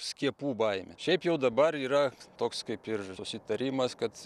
skiepų baimė šiaip jau dabar yra toks kaip ir susitarimas kad